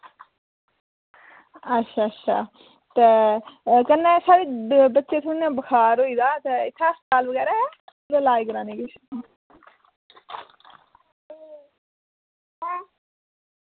अच्छा अच्छा कन्नै साढ़े बच्चे ई बुखार होए दा ऐ ते कोई हस्पताल ऐ असें दस्सना ताके लाज कराना ई